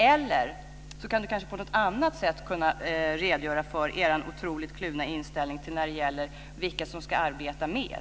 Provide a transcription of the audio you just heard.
Eller Eva Johansson kan kanske på något annat sätt redogöra för er otroligt kluvna inställning till vilka som ska arbeta mer.